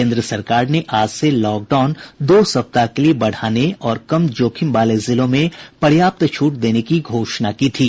केन्द्र सरकार ने आज से पूर्णबंदी दो सप्ताह के लिए बढ़ाने और कम जोखिम वाले जिलों में पर्याप्त छूट देने की घोषणा की थी